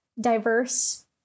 diverse